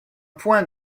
point